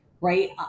right